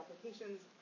applications